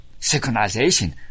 synchronization